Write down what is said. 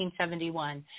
1971